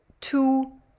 two